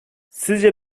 sizce